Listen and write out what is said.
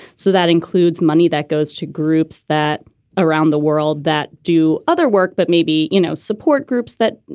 so that includes money that goes to groups that around the world that do other work. but maybe, you know, support groups that,